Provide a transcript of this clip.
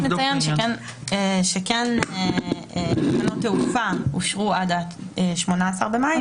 רק נציין שתקנות תעופה אושרו עד 18 במאי.